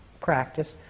practice